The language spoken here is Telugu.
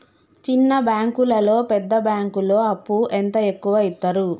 చిన్న బ్యాంకులలో పెద్ద బ్యాంకులో అప్పు ఎంత ఎక్కువ యిత్తరు?